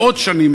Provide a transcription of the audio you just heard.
מאות שנים,